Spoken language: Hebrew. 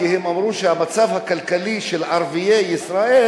כי הם אמרו שהמצב הכלכלי של ערביי ישראל